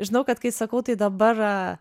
žinau kad kai sakau tai dabar